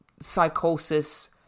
psychosis